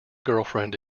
girlfriend